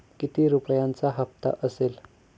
किती रुपयांचा हप्ता असेल?